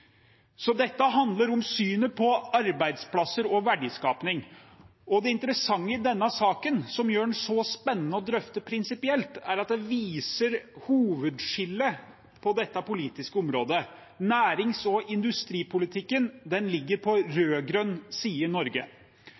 Dette handler om synet på arbeidsplasser og verdiskaping, og det interessante i denne saken, som gjør den så spennende å drøfte prinsipielt, er at det viser hovedskillet på dette politiske området. Nærings- og industripolitikken ligger på rød-grønn side i Norge.